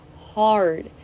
hard